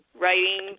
writing